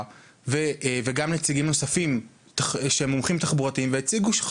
וגם נציגים נוספים שהם מומחים תחבורתיים והציגו בפנינו